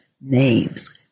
names